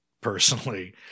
personally